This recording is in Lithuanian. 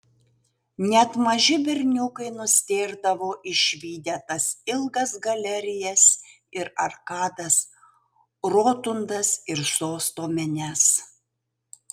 net maži berniukai nustėrdavo išvydę tas ilgas galerijas ir arkadas rotundas ir sosto menes